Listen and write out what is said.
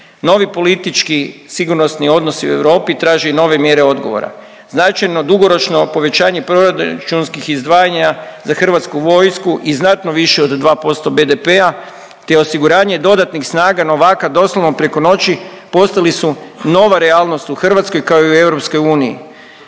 Novi politički sigurnosni odnosi u Europi traže i nove mjere odgovore, značajno dugoročno povećanje proračunskih izdvajanja za HV i znatno više od 2% BDP-a, te osiguranje dodatnih snaga novaka doslovno preko noći postali su nova realnost u Hrvatskoj, kao i u EU.